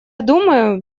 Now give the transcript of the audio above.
думаю